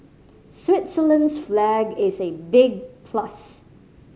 Switzerland's flag is a big plus